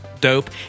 dope